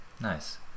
nice